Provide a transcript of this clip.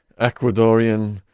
Ecuadorian